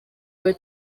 were